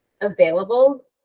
available